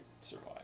survive